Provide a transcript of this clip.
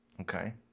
Okay